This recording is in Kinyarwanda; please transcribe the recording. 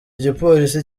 gipolisi